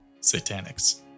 satanics